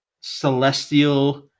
celestial